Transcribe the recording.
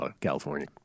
California